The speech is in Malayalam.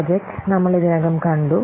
പ്രോജക്റ്റ് നമ്മൾ ഇതിനകം കണ്ടു